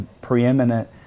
preeminent